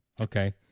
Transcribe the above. Okay